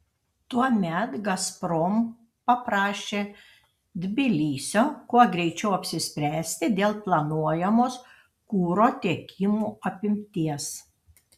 tuomet gazprom paprašė tbilisio kuo greičiau apsispręsti dėl planuojamos kuro tiekimų apimties